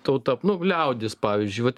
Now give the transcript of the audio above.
tauta nu liaudis pavyzdžiui vat